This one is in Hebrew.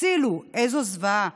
הצילו, איזו זוועה,